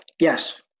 Yes